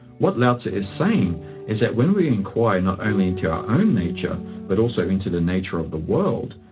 what lao-tzu is saying is that when we inquire not only into our own nature but also into the nature of the world,